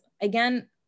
again